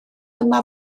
yma